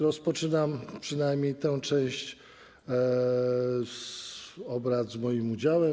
Rozpoczynam przynajmniej tę część obrad z moim udziałem.